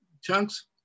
chunks